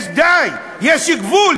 די, יש גבול.